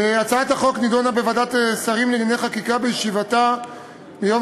הצעת החוק נדונה בוועדת השרים לענייני חקיקה בישיבתה ביום